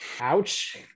ouch